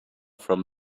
from